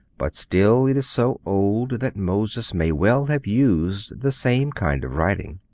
but still it is so old that moses may well have used the same kind of writing.